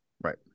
right